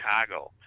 Chicago